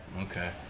Okay